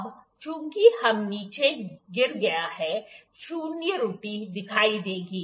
अब चूंकि यह नीचे गिर गया है शून्य त्रुटि दिखाई देगी